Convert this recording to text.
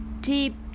deep